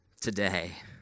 today